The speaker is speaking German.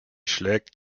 schlägt